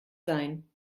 sein